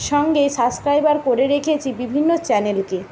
সঙ্গে সাবস্ক্রাইবার করে রেখেছি বিভিন্ন চ্যানেলকে